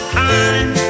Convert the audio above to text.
time